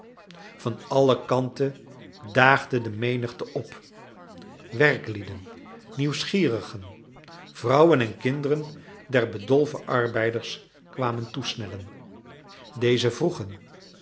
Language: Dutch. van alle kanten daagde de menigte op werklieden nieuwsgierigen vrouwen en kinderen der bedolven arbeiders kwamen toesnellen deze vroegen